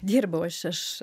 dirbau aš aš